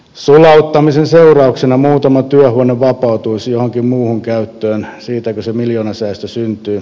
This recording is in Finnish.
sulauttamisen seurauksena muutama työhuone vapautuisi johonkin muuhun käyttöön siitäkö se miljoonasäästö syntyy